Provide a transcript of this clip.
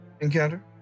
encounter